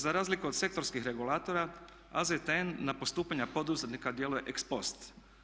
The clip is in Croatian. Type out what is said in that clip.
Za razliku od sektorskih regulatora AZTN na postupanja poduzetnika djeluje ex post.